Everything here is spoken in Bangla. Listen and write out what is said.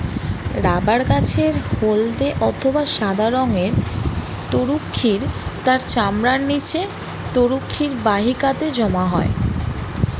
রাবার গাছের হল্দে অথবা সাদা রঙের তরুক্ষীর তার চামড়ার নিচে তরুক্ষীর বাহিকাতে জমা হয়